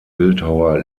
bildhauer